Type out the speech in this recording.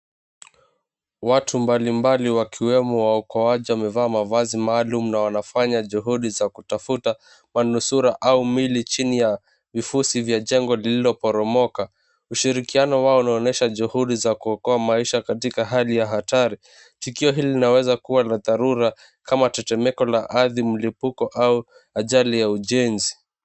Watu mbali mbali wakiwemo waokoaji wamevaa mavazi maalumu na wanafanya juhudi za kutafuta manusura au mili chini ya vifusi vya jengo lililoporomoka. Ushirikirano wao unaonyesha juhudi za kuokoa maisha katika hali ya hatari. Tukio hili linaweza kuwa la dharura kama tetemeko la ardhi, mlipuko au ajali ya ujenzi.